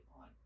on